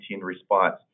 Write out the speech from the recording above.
response